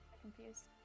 confused